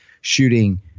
shooting